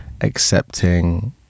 accepting